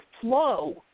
flow